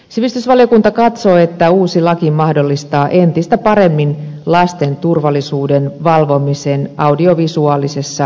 sivistysvaliokunta katsoo että uusi laki mahdollistaa entistä paremmin lasten turvallisuuden valvomisen audiovisuaalisessa mediamaailmassa